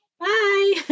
Bye